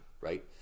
Right